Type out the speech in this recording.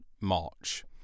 march